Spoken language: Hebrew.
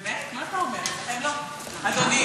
באמת?